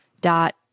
dot